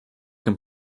can